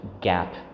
gap